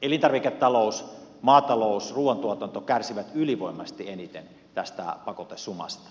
elintarviketalous maatalous ruuantuotanto kärsivät ylivoimaisesti eniten tästä pakotesumasta